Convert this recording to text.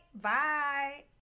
Bye